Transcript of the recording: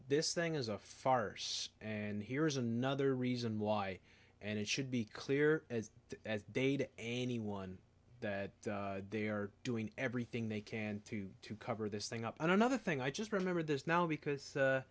this thing is a farce and here is another reason why and it should be clear as day to anyone that they are doing everything they can to to cover this thing up and another thing i just remember this now because